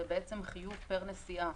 זה חיוב פר נסיעה.